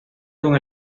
con